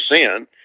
sin